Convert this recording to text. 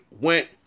went